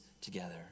together